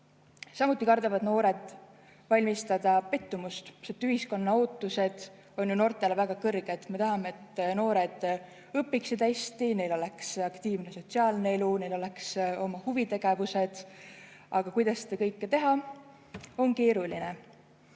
Samuti kardavad noored valmistada pettumust. Ühiskonna ootused noortele on ju väga kõrged. Me tahame, et noored õpiksid hästi, neil oleks aktiivne sotsiaalne elu, neil oleks oma huvitegevused. Aga kuidas seda kõike teha, see on keeruline.